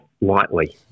lightly